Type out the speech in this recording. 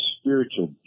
spiritual